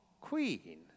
queen